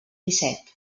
disset